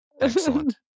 Excellent